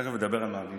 תכף אני אדבר על מאמנים.